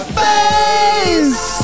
face